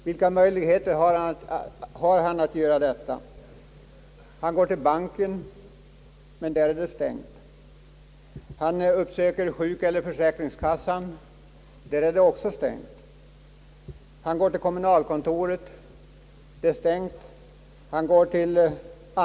Vilka möjligheter har han att göra detta? Han går till banken — den är stängd. Han uppsöker försäkringskassan — den är stängd. Han går till kommunalkontoret — där är det också stängt.